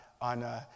on